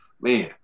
man